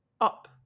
up